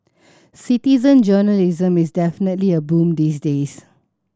citizen journalism is definitely a boom these days